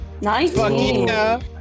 Nice